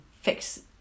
fix